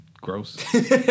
Gross